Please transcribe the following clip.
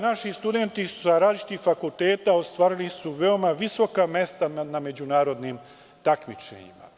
Naši studenti sa različitih fakulteta ostvarili su veoma visoka mesta na međunarodnim takmičenjima.